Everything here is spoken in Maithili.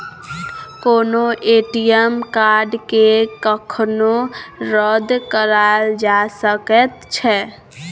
कोनो ए.टी.एम कार्डकेँ कखनो रद्द कराएल जा सकैत छै